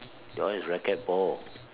that one is racket ball